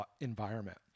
environment